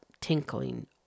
tinkling